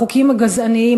החוקים הגזעניים,